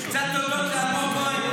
קצת תודות לאלמוג כהן.